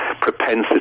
propensity